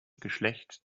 geschlecht